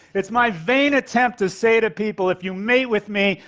it's my vain attempt to say to people, if you mate with me,